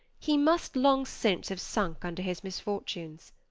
he must long since have sunk under his misfortunes.